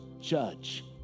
judge